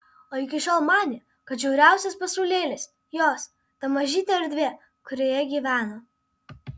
o iki šiol manė kad žiauriausias pasaulėlis jos ta mažytė erdvė kurioje gyveno